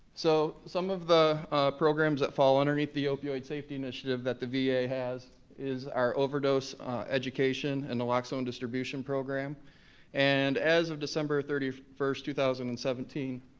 so, some of the programs that fall underneath the opioid safety initiative that the va has is our overdose education and naloxone and distribution program and as of december thirty first, two thousand and seventeen,